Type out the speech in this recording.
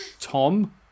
Tom